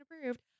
approved